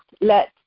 let